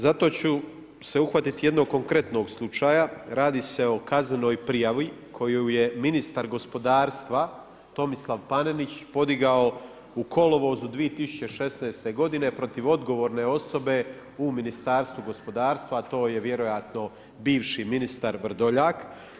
Zato ću se uhvati jednog konkretnog slučaja, radi se o kaznenoj prijavi, koju je ministar gospodarstva, Tomislav Panenić, podigao u kolovozu 2016. g. protiv odgovorne osobe u Ministarstvu gospodarstva, a to je vjerojatno bivši ministar Vrdoljak.